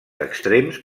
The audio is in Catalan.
extrems